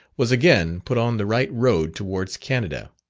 was again put on the right road towards canada.